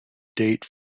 date